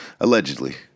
allegedly